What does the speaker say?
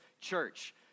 church